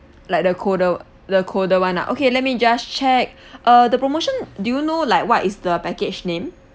like the colder the colder [one] ah okay let me just check uh the promotion do you know like what is the package name